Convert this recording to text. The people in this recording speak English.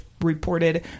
reported